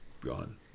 Gone